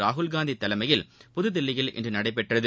ராகுல் காந்தி தலைமையில் புதுதில்லியில் இன்று நடைபெற்றது